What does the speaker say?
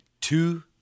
two